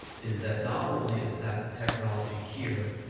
is that, not only is that technology here,